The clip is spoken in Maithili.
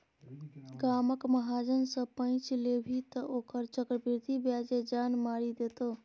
गामक महाजन सँ पैंच लेभी तँ ओकर चक्रवृद्धि ब्याजे जान मारि देतौ